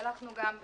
מדגמים שעשינו,